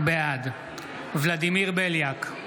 בעד ולדימיר בליאק,